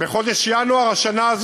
בחודש ינואר השנה,